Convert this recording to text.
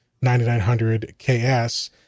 9900KS